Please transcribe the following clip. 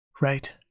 Right